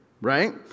Right